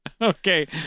Okay